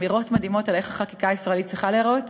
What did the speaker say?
אמירות מדהימות על איך החקיקה הישראלית צריכה להיראות,